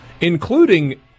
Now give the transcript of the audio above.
including